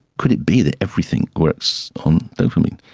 could it be that everything works on dopamine?